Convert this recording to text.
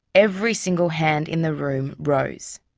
every single hand in the room rose.